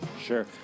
Sure